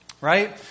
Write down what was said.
right